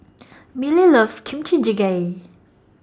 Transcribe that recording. Milly loves Kimchi Jjigae